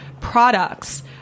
products